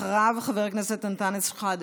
אחריו חבר הכנסת אנטאנס שחאדה,